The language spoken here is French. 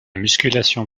musculation